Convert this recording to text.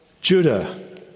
Judah